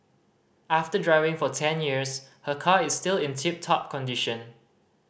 after driving for ten years her car is still in tip top condition